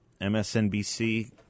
MSNBC